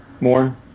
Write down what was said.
more